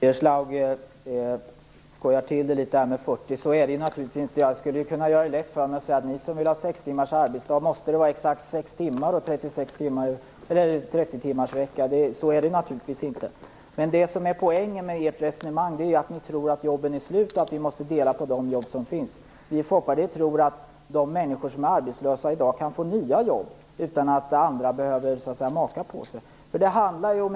Fru talman! Birger Schlaug skojar till det litet när det gäller detta med 40 timmar. Det är naturligtvis inte som har säger. Jag skulle kunna göra det lätt för mig och säga till er som vill 6 timmars arbetsdag: Måste det vara exakt 6 timmar? Måste det vara 30 timmarsvecka? Så är det naturligtvis inte. Poängen med ert resonemang är ju att ni tror att jobben är slut och att vi måste dela på de jobb som finns. Vi i Folkpartiet tror att de människor som är arbetslösa i dag kan få nya jobb utan att andra så att säga behöver maka på sig.